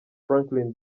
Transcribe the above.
franklin